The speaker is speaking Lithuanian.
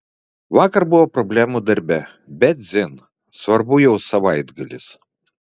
vakar buvo problemų darbe bet dzin svarbu jau savaitgalis